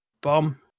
bomb